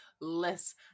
less